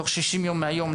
בתוך שישים יום מהיום,